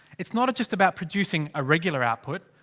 it's not just about producing a regular output.